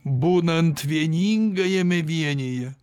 būnant vieningajame vienyje